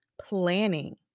planning